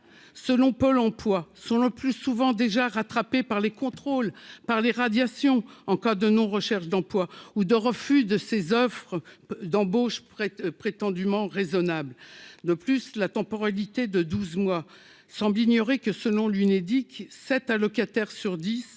selon Pôle emploi sont le plus souvent déjà rattrapés par les contrôles par les radiations en cas de non recherche d'emploi ou de refus de ces offres d'embauches prétendument raisonnables de plus la temporalité de 12 mois semble ignorer que, selon l'Unédic cette locataires sur 10